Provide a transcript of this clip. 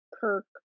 Kirk